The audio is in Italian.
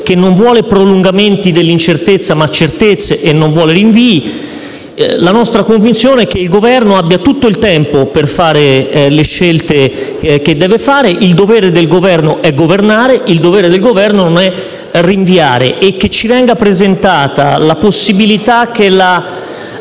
che non vuole prolungamenti dell'incertezza ma certezze e non vuole rinvii. La nostra convinzione è che il Governo abbia tutto il tempo per fare le scelte che deve compiere. Il dovere del Governo è governare e non rinviare. Che poi ci venga presentata la possibilità che la